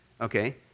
Okay